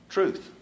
Truth